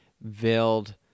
veiled